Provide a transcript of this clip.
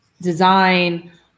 design